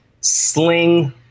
sling